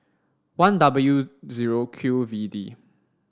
one W zero Q V D